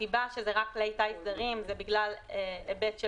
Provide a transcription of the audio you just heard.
הסיבה שזה רק כלי טיס זרים זה בגלל היבט של